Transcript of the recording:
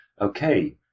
okay